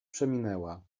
przeminęła